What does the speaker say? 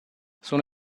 sono